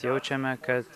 jaučiame kad